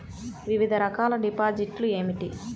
వివిధ రకాల డిపాజిట్లు ఏమిటీ?